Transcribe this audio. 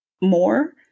more